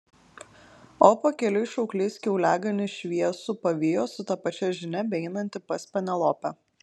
o pakeliui šauklys kiauliaganį šviesų pavijo su ta pačia žinia beeinantį pas penelopę